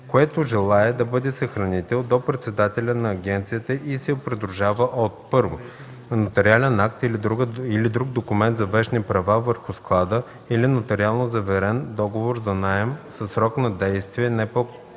което желае да бъде съхранител, до председателя на агенцията и се придружава от: 1. нотариален акт или друг документ за вещни права върху склада, или нотариално заверен договор за наем със срок на действие, не